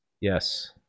Yes